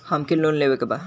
हमके लोन लेवे के बा?